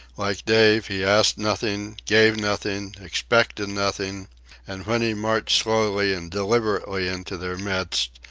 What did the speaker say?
like dave, he asked nothing, gave nothing, expected nothing and when he marched slowly and deliberately into their midst,